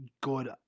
good